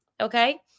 okay